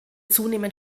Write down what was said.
zunehmend